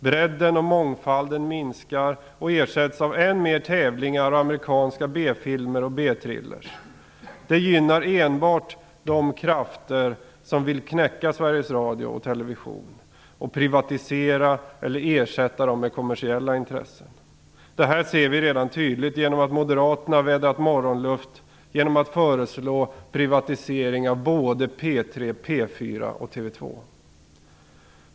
Bredden och mångfalden minskar och ersätts av än mer tävlingar och amerikanska B-filmer och B-thriller. Det gynnar enbart de krafter som vill knäcka Sveriges Radio och Television och privatisera dem eller ersätta dem med kommersiella intressen. Det här ser vi redan tydligt, genom att Moderaterna har vädrat morgonluft och föreslår privatisering av P3, P4 och TV2.